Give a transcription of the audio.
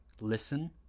listen